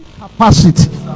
capacity